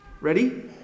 Ready